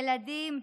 ילדים,